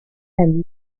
and